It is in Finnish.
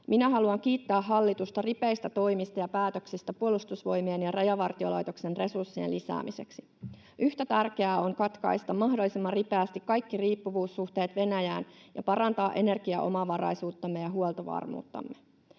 Minä haluan kiittää hallitusta ripeistä toimista ja päätöksestä Puolustusvoimien ja Rajavartiolaitoksen resurssien lisäämiseksi. Yhtä tärkeää on katkaista mahdollisimman ripeästi kaikki riippuvuussuhteet Venäjään ja parantaa energiaomavaraisuuttamme ja huoltovarmuuttamme.